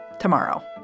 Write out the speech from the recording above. tomorrow